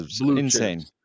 insane